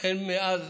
והן מאז